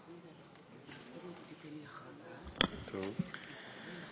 לא יכולים להרשות את המצב הזה,